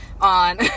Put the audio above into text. on